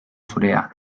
zurea